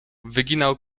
wyginał